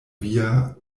via